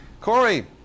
Corey